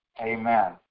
Amen